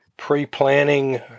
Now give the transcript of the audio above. pre-planning